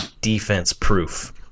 defense-proof